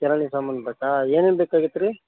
ಕಿರಾಣಿ ಸಾಮಾನು ಬೇಕಾ ಏನೇನು ಬೇಕಾಗಿತ್ತು ರೀ